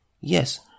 yes